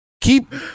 keep